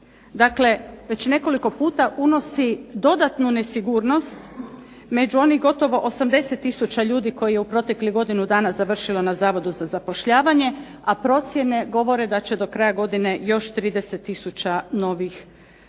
Dakle, već nekoliko puta unosi dodatnu nesigurnost među onih gotovo 80 tisuća ljudi koji je u proteklih godinu dana završilo na Zavodu za zapošljavanje, a procjene govore da će do kraja godine još 30 tisuća biti